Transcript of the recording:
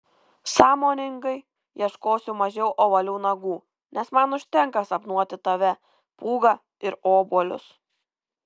sąmoningai ieškosiu mažiau ovalių nagų nes man užtenka sapnuoti tave pūgą ir obuolius